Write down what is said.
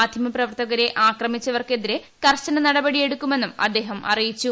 മാധ്യമ പ്രവർത്തകരെ ആക്രമിച്ചവർക്കെതിരെ കർശനനടപടിയെടുക്കുമെ ന്നും അദ്ദേഹം അറിയിച്ചു